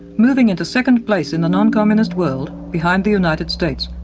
moving into second place in the non-communist world behind the united states.